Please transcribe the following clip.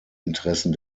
interessen